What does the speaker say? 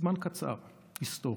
זמן קצר היסטורית,